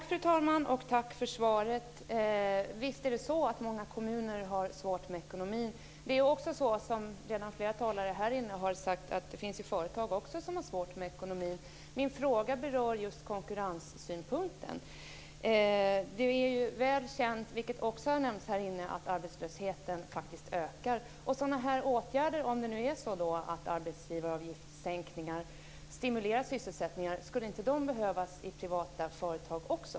Fru talman! Tack för svaret. Visst är det så att många kommuner har svårt med ekonomin. Som redan flera talare här har sagt finns det också företag som har svårt med ekonomin. Min fråga berör just konkurrenssynpunkten. Det är ju väl känt, vilket också har nämnts här, att arbetslösheten faktiskt ökar. Om det nu är så att åtgärder som arbetsgivaravgiftssänkningar stimulerar sysselsättningen, skulle de då inte behövas också i privata företag?